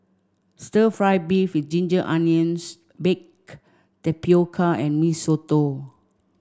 stir fry beef with ginger onions baked tapioca and mee soto